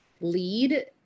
lead